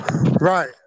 Right